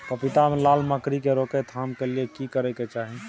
पपीता मे लाल मकरी के रोक थाम के लिये की करै के चाही?